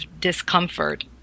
discomfort